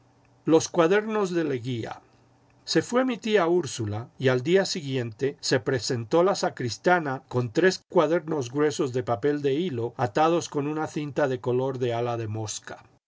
los cuadernos de leguia se fué mi tía úrsula y al día siguiente se presentó la sacristana con tres cuadernos gruesos de papel de hilo atados con una cinta de color de ala de mosca